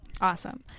awesome